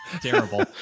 terrible